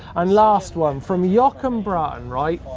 and last one, from yokam braun, right.